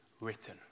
written